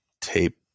tape